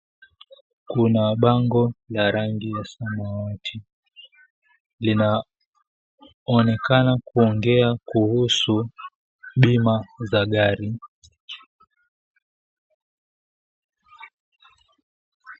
Kuna bango la rangi ya samawati lina onekana kuongea kuhusu bima za gari.